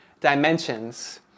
dimensions